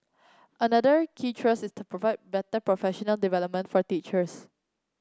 another key thrust is to provide better professional development for teachers